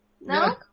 No